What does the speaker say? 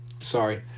sorry